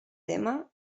tema